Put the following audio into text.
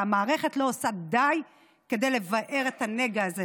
והמערכת לא עושה די לבער את הנגע הזה,